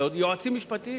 זה עוד יועצים משפטיים.